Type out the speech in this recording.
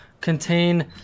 contain